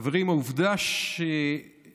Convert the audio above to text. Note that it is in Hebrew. חברים, העובדה שחלמנו